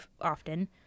often